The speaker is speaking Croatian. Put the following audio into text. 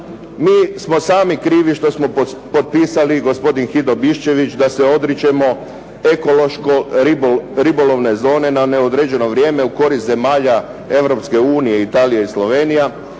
Mi smo sami krivi što smo potpisali gospodin Hido Bišćević da se odričemo ekološko-ribolovne zone na neodređeno vrijeme u korist zemalja Europske unije Italija i Slovenija